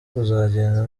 kuzagenda